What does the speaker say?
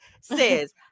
says